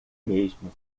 mesmo